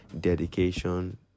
dedication